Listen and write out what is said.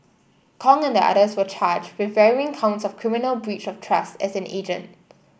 Kong and the others were charged with varying counts of criminal breach of trust as an agent